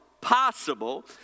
possible